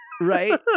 Right